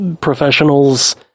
professionals